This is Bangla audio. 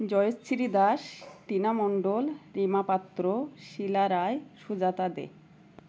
জয়শ্রী দাস টিনা মন্ডল রিমা পাত্র শিলা রায় সুজাতা দে